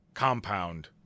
compound